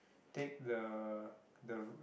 take the the